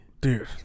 dude